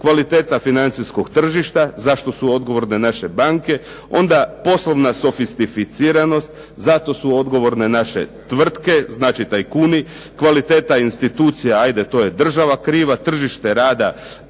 Kvaliteta financijskog tržišta, za što su odgovorne naše banke. Onda poslovna sofistificiranost. Za to su odgovorne naše tvrtke, znači tajkuni. Kvaliteta institucija, ajde to je država kriva. Tržište rada,